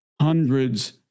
hundreds